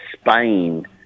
Spain